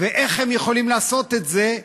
איך הם יכולים לעשות את זה?